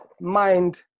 mind